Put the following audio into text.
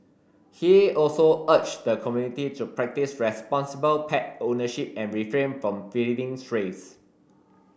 he also urged the community to practise responsible pet ownership and refrain from feeding strays